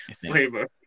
Flavor